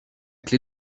clé